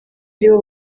aribo